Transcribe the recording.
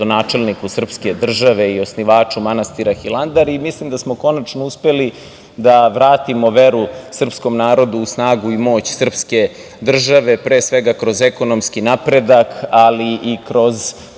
rodonačelniku srpske države i osnivaču manastiru Hilandar i mislim da smo konačno uspeli da vratimo veru srpskom narodu u snagu i moć srpske države, pre svega kroz ekonomski napredak, ali i kroz